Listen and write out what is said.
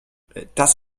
das